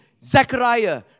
Zechariah